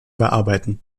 bearbeiten